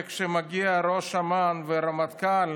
כשמגיעים ראש אמ"ן והרמטכ"ל,